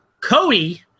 Cody